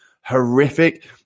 horrific